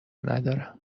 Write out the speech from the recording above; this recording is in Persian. ندارم